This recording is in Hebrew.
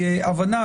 הדרך,